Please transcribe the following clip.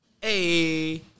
hey